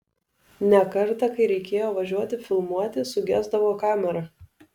ne kartą kai reikėjo važiuoti filmuoti sugesdavo kamera